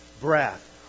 breath